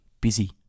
busy